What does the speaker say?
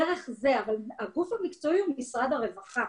דרך זה, אבל הגוף המקצועי הוא משרד הרווחה.